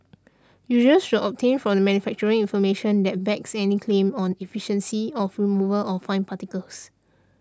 users should obtain from the manufacturer information that backs any claim on efficiency of removal of fine particles